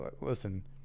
listen